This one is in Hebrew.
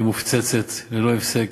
והיא מופצצת ללא הפסק